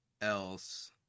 else